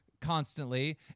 constantly